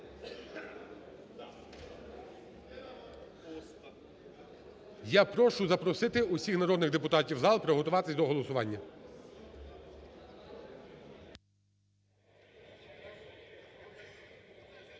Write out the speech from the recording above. Я прошу запросити всіх народних депутатів у зал і приготуватись до голосування.